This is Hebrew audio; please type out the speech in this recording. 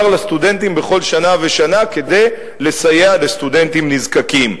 לסטודנטים בכל שנה ושנה כדי לסייע לסטודנטים נזקקים.